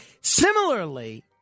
Similarly